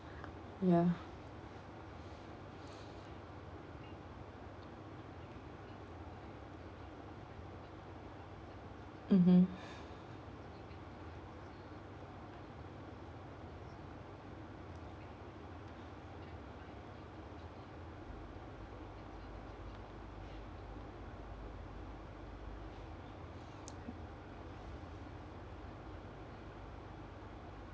ya mmhmm